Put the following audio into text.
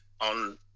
on